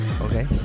okay